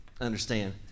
understand